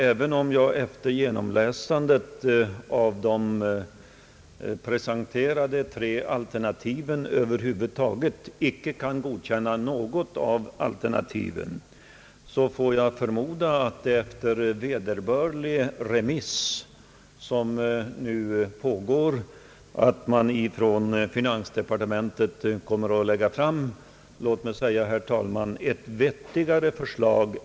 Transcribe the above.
Även om jag efter genomläsandet av de tre presenterade alternativen över huvud taget inte kan godkänna något av dem förmodar jag att finansdepartementet efter vederbörlig remiss, som nu pågår, kommer att lägga fram ett vettigare förslag — låt mig säga det, herr talman — än beredningens.